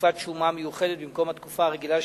תקופת שומה מיוחדת במקום התקופה הרגילה,